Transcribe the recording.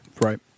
Right